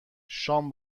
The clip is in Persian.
شام